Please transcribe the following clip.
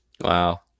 Wow